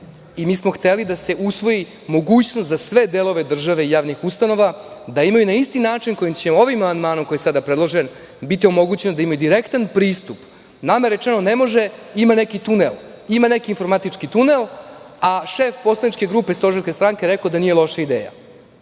i mi smo hteli da se usvoji mogućnost za sve delove države i javnih ustanova, da imaju na isti način kojim će ovim amandmanom koji je sada predložen, biti omogućeno da imaju direktan pristup. Nama je rečeno – ne može, ima neki tunel, ima neke informatički tunel, a šef poslaničke grupe stožerske stranke je rekao da nije loša ideja.